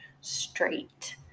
straight